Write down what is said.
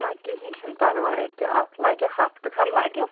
نہ کِہیٖنۍ چھِنہٕ پرواے کہ اَتھ لَگہِ ہفتہٕ کھنٛڈ لَگہِ